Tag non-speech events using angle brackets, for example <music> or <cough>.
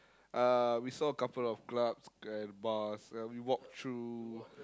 uh we saw a couple of clubs and bars and we walked through <noise>